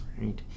right